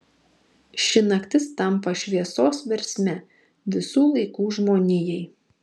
ši naktis tampa šviesos versme visų laikų žmonijai